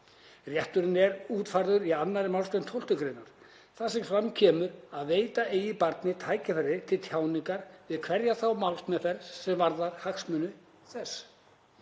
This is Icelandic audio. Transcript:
Rétturinn er útfærður í 2. mgr. 12. gr. þar sem fram kemur að veita eigi barni tækifæri til tjáningar við hverja þá málsmeðferð sem varðar hagsmuni þess,